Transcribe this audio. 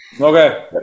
Okay